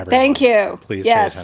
thank you. please. yes,